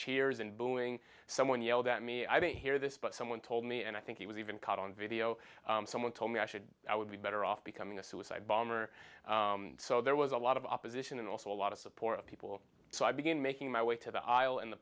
cheers and booing someone yelled at me i mean hear this but someone told me and i think it was even caught on video someone told me i should i would be better off becoming a suicide bomber so there was a lot of opposition and also a lot of support of people so i began making my way to the aisle and the